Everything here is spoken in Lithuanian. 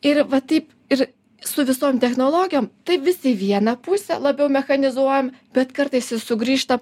ir va taip ir su visom technologijom taip vis į vieną pusę labiau mechanizuojam bet kartais ir sugrįžta